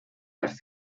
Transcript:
las